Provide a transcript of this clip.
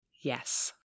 Yes